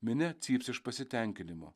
minia cyps iš pasitenkinimo